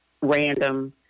random